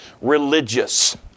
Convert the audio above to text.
Religious